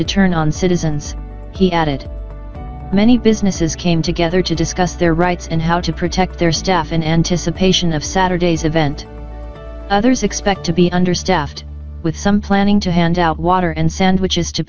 to turn on citizens he added many businesses came together to discuss their rights and how to protect their staff in anticipation of saturday's event others expect to be under staffed with some planning to hand out water and sandwiches to